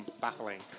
baffling